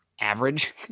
Average